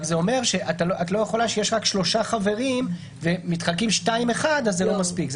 רק זה אומר שאת לא יכולה שיש רק שלושה חברים ומתחלקים 2-1. זה לא מספיק.